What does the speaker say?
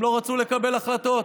הם לא רצו לקבל החלטות,